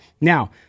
Now